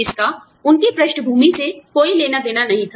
इसका उनकी पृष्ठभूमि से कोई लेना देना नहीं था